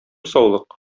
саулык